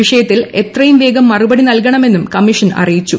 വിഷയത്തിൽ എത്രയും വേഗം മറുപടി നൽകണമെന്നും കമ്മീഷൻ അറിയിച്ചു